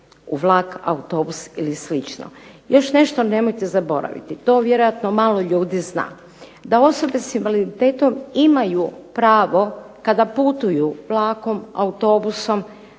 u vlak, autobus ili slično. Još nešto nemojte zaboraviti, to vjerojatno malo ljudi zna da osobe s invaliditetom imaju pravo kada putuju vlakom, autobusom